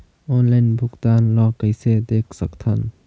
Online भुगतान ल कइसे देख सकथन?